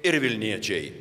ir vilniečiai